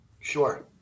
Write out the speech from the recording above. Sure